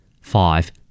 Five